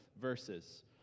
verses